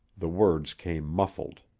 the words came muffled.